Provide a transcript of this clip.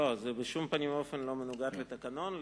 זה בשום פנים ואופן לא מנוגד לתקנון.